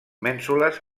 mènsules